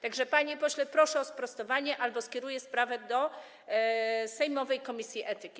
Tak że, panie pośle, proszę o sprostowanie albo skieruję sprawę do sejmowej komisji etyki.